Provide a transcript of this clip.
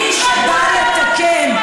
מי שבא לתקן,